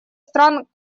стран